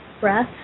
breath